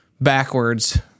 backwards